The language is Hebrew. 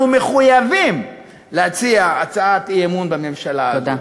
אנחנו מחויבים להציע הצעת אי-אמון בממשלה הזו.